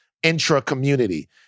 intra-community